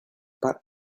but